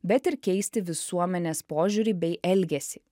bet ir keisti visuomenės požiūrį bei elgesį